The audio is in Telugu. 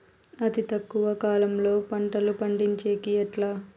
అతి తక్కువ కాలంలో పంటలు పండించేకి ఎట్లా?